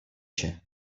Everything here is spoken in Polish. się